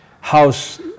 house